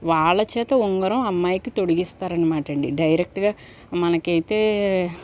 వాళ్ళ చేత ఉంగరం అమ్మాయికి తొడిగిస్తారనమాటండి డైరెక్ట్గా మనకైతే